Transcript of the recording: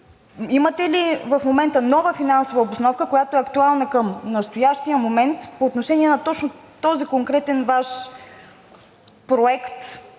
имате ли в момента нова финансова обосновка, която е актуална към настоящия момент по отношение точно на този конкретен Ваш проект,